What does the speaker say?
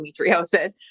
endometriosis